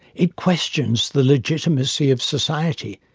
it questions the legitimacy of society.